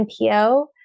NPO